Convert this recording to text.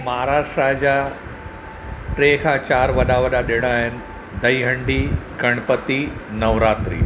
महाराष्ट्रा जा टे खां चारि वॾा वॾा ॾिण आहिनि दही हंडी गणपति नवरात्री